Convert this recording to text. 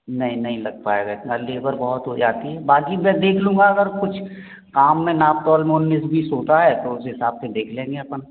नहीं नहीं लग पाएगा इतना लेबर बहुत हो जाती है बाकी मैं देख लूँगा अगर कुछ काम में नाप तौल में उन्नीस बीस होता है तो उस हिसाब से देख लेंगे अपन